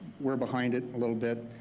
we're behind it a little bit,